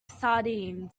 sardines